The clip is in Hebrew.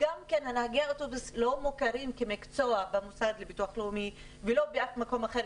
נהגי האוטובוס לא מוכרים כמקצוע במוסד לביטוח לאומי ולא באף מקום אחר.